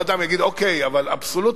יבוא אדם, יגיד: אוקיי, אבל אבסולוטית.